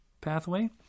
pathway